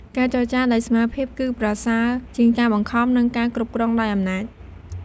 ការចរចាដោយស្មើភាពគឺប្រសើរជាងការបង្ខំ និងការគ្រប់គ្រងដោយអំណាច។